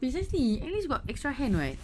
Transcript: precisely at least got extra hand [what]